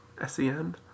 S-E-N